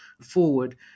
forward